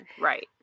right